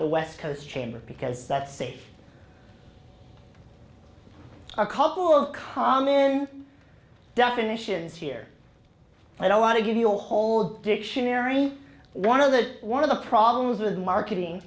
the west coast chamber because that space a couple of common definitions here i don't want to give you a whole dictionary one of the one of the problems with marketing